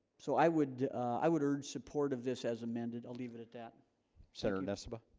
so i would i would urge support of this as amended i'll leave it at that senator nessa